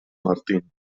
martín